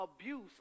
abuse